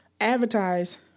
advertise